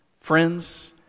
Friends